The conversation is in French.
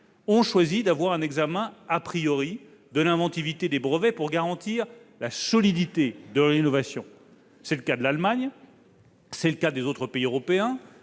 ont choisi d'assurer l'examen de l'inventivité des brevets afin de garantir la solidité de l'innovation. C'est le cas de l'Allemagne, c'est le cas des autres pays européens,